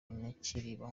nyakiriba